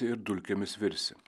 ir dulkėmis virsi